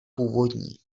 původní